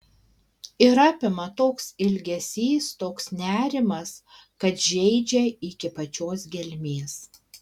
ir apima toks ilgesys toks nerimas kad žeidžia iki pačios gelmės